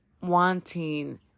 wanting